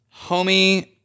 homie